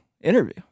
interview